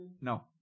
No